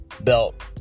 belt